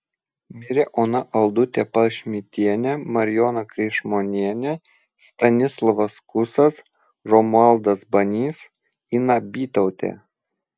mirė ona aldutė palšmitienė marijona kreišmonienė stanislovas kusas romualdas banys ina bytautė